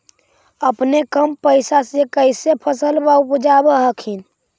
अपने कम पैसा से कैसे फसलबा उपजाब हखिन?